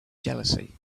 jealousy